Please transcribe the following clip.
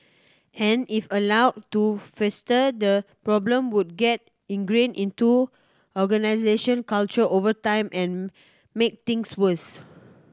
and if allowed to fester the problem would get ingrained into organisational culture over time and make things worse